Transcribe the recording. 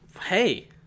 Hey